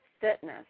fitness